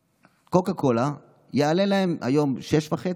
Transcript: קוקה קולה עולה להם היום 6.5 שקלים,